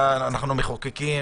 אנחנו מחוקקים.